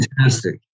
fantastic